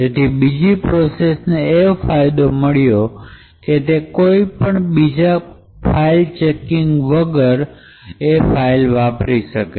તેથી બીજી પ્રોસેસ કે જેને ફાયદો મળ્યો છે તે કોઇ પણ ફાઇલ બીજા ચેકિંગ વગર વાપરી શકે